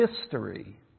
history